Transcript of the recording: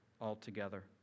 altogether